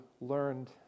learned